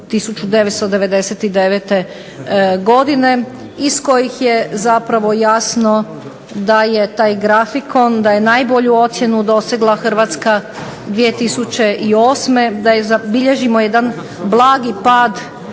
1999. godine, iz kojih je zapravo jasno da je taj grafikon, da je najbolju ocjenu dosegla Hrvatska 2008., da je zabilježen jedan blagi pad